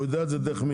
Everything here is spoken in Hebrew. הוא יודע את זה דרך מי?